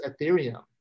Ethereum